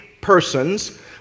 persons